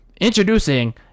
Introducing